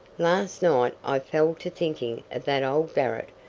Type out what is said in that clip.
last night i fell to thinking of that old garret,